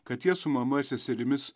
kad jie su mama ir seserimis